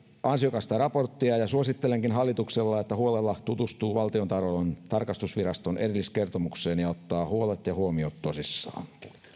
ansiokasta raporttia ja suosittelenkin hallitukselle että huolella tutustuu valtiontalouden tarkastusviraston erilliskertomukseen ja ottaa huolet ja huomiot tosissaan